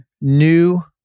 New